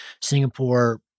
Singapore